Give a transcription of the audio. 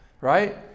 right